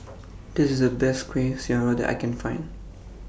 This IS The Best Kuih Syara that I Can Find